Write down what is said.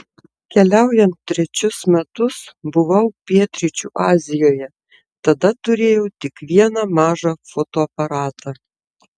keliaujant trečius metus buvau pietryčių azijoje tada turėjau tik vieną mažą fotoaparatą